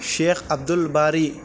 شیخ Abdul الباری